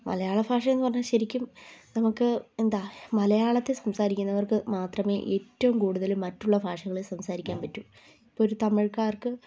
മലയാള ഭാഷ എന്ന് പറഞ്ഞാൽ ശരിക്കും നമുക്ക് എന്താണ് മലയാളത്തിൽ സംസാരിക്കുന്നവർക്ക് മാത്രമേ ഏറ്റവും കൂടുതൽ മറ്റുള്ള ഭാഷകളിൽ സംസാരിക്കാൻ പറ്റൂ ഇപ്പോൾ ഒരു തമിഴ്കാർക്ക്